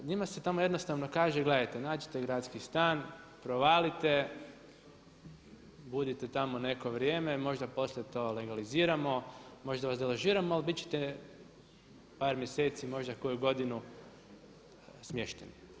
Njima se tamo jednostavno kaže, gledajte, nađite gradski stan, provalite, budite tamo neko vrijeme, možda poslije to legaliziramo, možda vas deložiramo ali biti ćete par mjeseci, koju godinu smješteni.